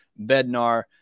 Bednar